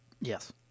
Yes